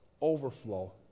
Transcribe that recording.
overflow